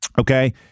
Okay